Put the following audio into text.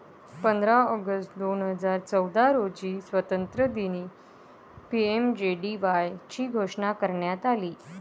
पंधरा ऑगस्ट दोन हजार चौदा रोजी स्वातंत्र्यदिनी पी.एम.जे.डी.वाय ची घोषणा करण्यात आली